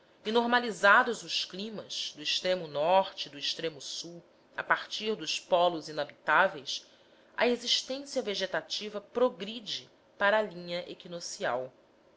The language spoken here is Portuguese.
e normalizados os climas do extremo norte e do extremo sul a partir dos pólos inabitáveis a existência vegetativa progride para a linha equinocial sob